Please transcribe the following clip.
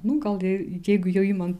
nu gal jeigu jau imant